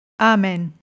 Amen